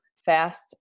fast